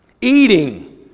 Eating